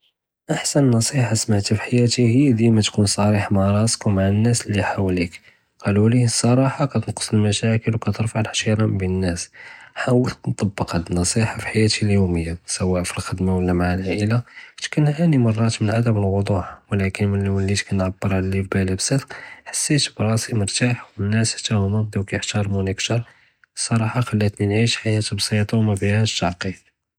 אחסן נסִיחָה סמעתהא פִי חְיַאתִי הִי דִימָא תְכוּן צרִיח מע ראסכּ וּמע אלנָאס לִי חוַּלִיכּ, קָאלוּלִי אלצּראחה כּתנְקּס אלמשׁאקּל וּכּתרפַע אלאִחְתִראם בּין אלנָאס, חאוּלת נטבּקּ האד אלנסִיחָה פִי חְיַאתִי אליוֹמִיָה, סואא פּאלחְדְמָה וּלא מע אלעאאִלה, כּנת כּנְעאנִי מְרַאת מן עדם אלוּדוּח, וּלכּן מלִי ולִית כּנְעבּר עלא לִי בּאלִי בּצּדְק, חְסִית בּראסִי מרתאח, אלנָאס חתא הוּמָא ולָאו כִּיַחתארמוּנִי כּתר, צּראחה ח'לתנִי נְעִיש חְיַאה בּסִיטָה וּמאפִיהאש תּעקּיד.